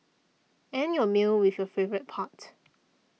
end your meal with your favourite part